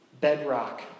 bedrock